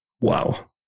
Wow